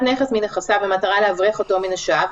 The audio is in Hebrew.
נכס מנכסיו במטרה להבטיח אותו מנושיו",